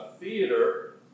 theater